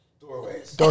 Doorways